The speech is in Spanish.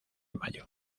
mayo